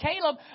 Caleb